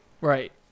right